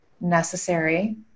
necessary